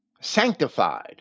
sanctified